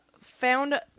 found